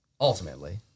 ultimately